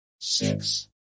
six